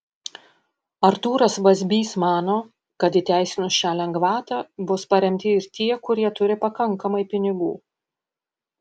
artūras vazbys mano kad įteisinus šią lengvatą bus paremti ir tie kurie turi pakankamai pinigų